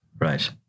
right